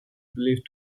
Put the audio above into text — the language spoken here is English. believed